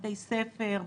בתי ספר,